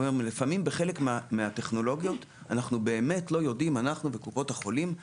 לפעמים בחלק מהטכנולוגיות אנחנו וקופות החולים